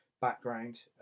background